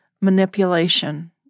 manipulation